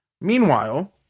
Meanwhile